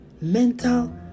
mental